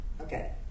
Okay